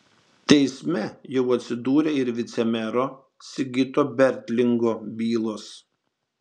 teisme jau atsidūrė ir vicemero sigito bertlingo bylos